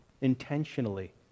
intentionally